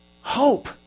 hope